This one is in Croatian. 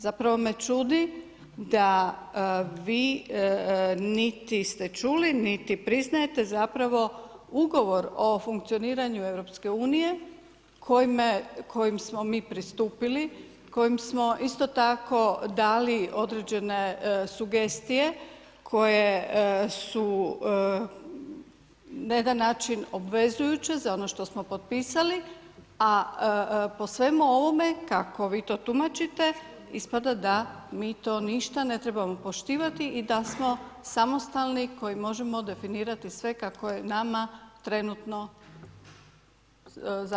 Zapravo me čudi da vi niti ste čuli niti priznajete zapravo ugovor o funkcioniranju EU kojim smo mi pristupili, kojim smo isto tako, dali određene sugestije, koje su na jedan način obvezujuće za ono što smo potpisali, a po svemu ovome kako vi to tumačite, ispada da mi to ništa ne trebamo poštivati i da smo samostalni, koji možemo definirati sve kako je nama trenutno želja.